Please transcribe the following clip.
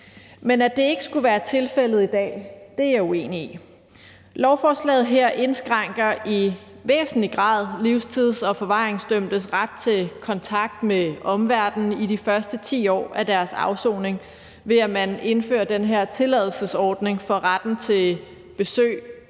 Men at det ikke skulle være tilfældet i dag, er jeg uenig i. Lovforslaget her indskrænker i væsentlig grad livstids- og forvaringsdømtes ret til kontakt med omverdenen i de første 10 år af deres afsoning, ved at man indfører den her tilladelsesordning for retten til besøg,